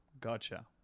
gotcha